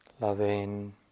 loving